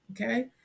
okay